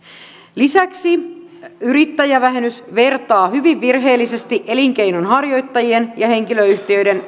lisäksi yrittäjävähennys vertaa hyvin virheellisesti elinkeinonharjoittajien ja henkilöyhtiöiden